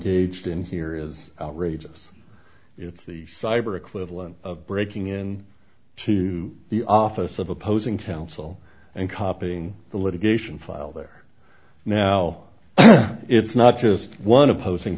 engaged in here is outrageous it's the cyber equivalent of breaking in to the office of opposing counsel and copying the litigation file there now it's not just one opposing